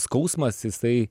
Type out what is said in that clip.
skausmas jisai